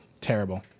Terrible